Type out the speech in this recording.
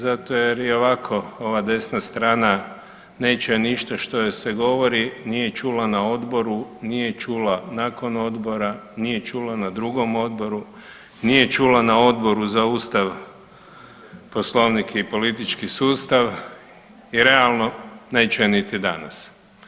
Zato jer i ovako ova desna strana ne čuje ništa što joj se govori, nije čula na odboru, nije čula nakon odbora, nije čula na drugom odboru, nije čula na Odboru za Ustav, Poslovnik i politički sustav i realno ne čuje niti danas.